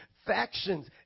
Factions